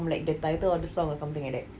like the title of the song or something like that